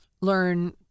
learn